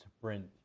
sprint